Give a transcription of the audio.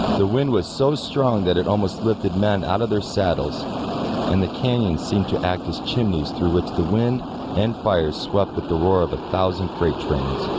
the wind was so strong that it almost lifted men out of their saddles and the canyons seemed to act as chimneys through which the wind and fire swept with the roar of a thousand freight trains